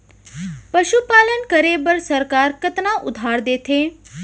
पशुपालन करे बर सरकार कतना उधार देथे?